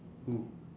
who